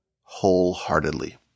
wholeheartedly